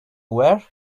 where